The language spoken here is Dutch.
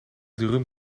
dürüm